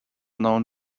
known